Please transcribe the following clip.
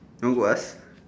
you want go ask